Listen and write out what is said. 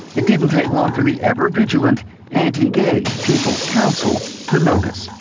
it didn't take long for the ever vigilant anti-gay people's council to notice.